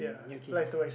okay